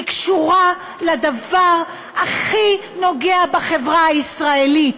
הן קשורות לדבר הכי נוגע בחברה הישראלית: